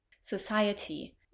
society